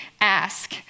ask